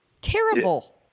terrible